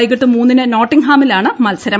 വൈകിട്ട് മൂന്നിന് നോട്ടിംഗ് ഹാമിലാണ് മത്സരം